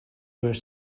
were